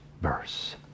verse